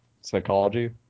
psychology